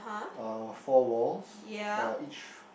uh four walls uh each